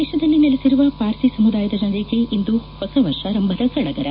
ದೇಶದಲ್ಲಿ ನೆಲೆಸಿರುವ ಪಾರ್ಸಿ ಸಮುದಾಯದ ಜನರಿಗೆ ಇಂದು ಹೊಸ ವರ್ಷಾರಂಭದ ಸಡಗರ